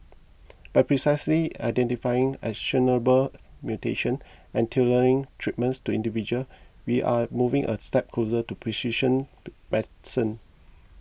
by precisely identifying actionable mutations and tailoring treatments to individual we are moving a step closer to precision medicine